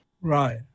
Right